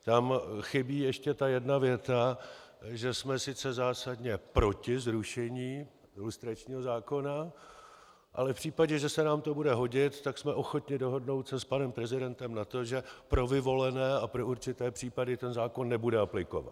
Tam chybí ještě ta jedna věta že jsme sice zásadně proti zrušení lustračního zákona, ale v případě, že se nám to bude hodit, tak jsme ochotni se dohodnout s panem prezidentem na tom, že pro vyvolené a pro určité případy ten zákon nebude aplikován.